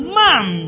man